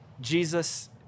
Jesus